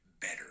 better